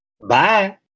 Bye